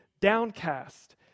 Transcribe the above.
downcast